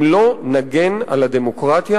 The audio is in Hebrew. אם לא נגן על הדמוקרטיה,